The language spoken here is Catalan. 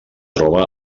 troba